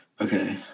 Okay